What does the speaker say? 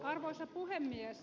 arvoisa puhemies